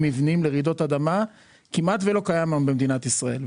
הוא כמעט ולא קיים במדינת ישראל.